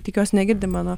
tikiuos negirdi mano